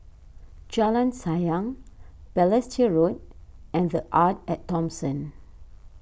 Jalan Sayang Balestier Road and the Arte at Thomson